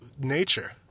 nature